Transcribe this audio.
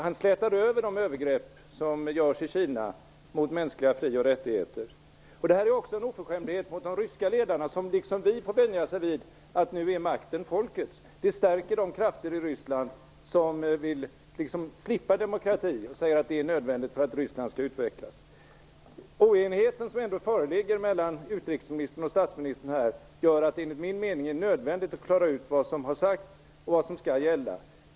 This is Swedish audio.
Han slätade över de övergrepp mot mänskliga fri och rättigheter som görs i Kina. Det är också en oförskämdhet mot de ryska ledarna, som liksom vi får vänja sig vid att makten nu är folkets. Det stärker de krafter i Ryssland som vill slippa demokrati och säger att det är nödvändigt för att Ryssland skall utvecklas. Den oenighet som ändå föreligger mellan utrikesministern och statsministern här gör att det enligt min mening är nödvändigt att klara ut vad som har sagts och vad som skall gälla.